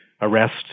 arrest